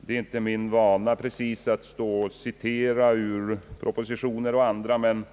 Det är inte precis min vana att citera ur propositioner och andra handlingar, men